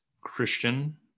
Christian